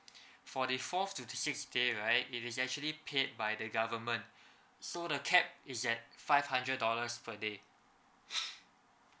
for the fourth to sixth day right it is actually paid by the government so the cap is at five hundred dollars per day